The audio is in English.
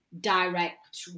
direct